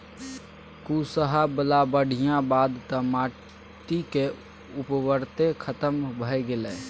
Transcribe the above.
कुसहा बला बाढ़िक बाद तँ माटिक उर्वरते खतम भए गेलै